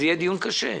זה יהיה דיון קשה,